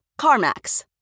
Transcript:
CarMax